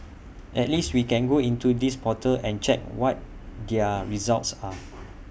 at least we can go into this portal and check what their results are